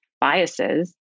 biases